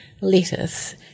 lettuce